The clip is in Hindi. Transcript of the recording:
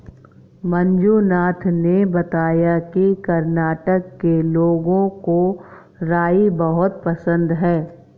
मंजुनाथ ने बताया कि कर्नाटक के लोगों को राई बहुत पसंद है